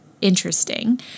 interesting